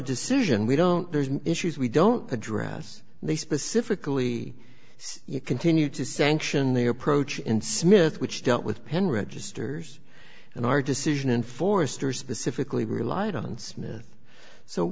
decision we don't there's no issues we don't address they specifically say you continue to sanction the approach in smith which dealt with pen registers and our decision in forester specifically relied on smith so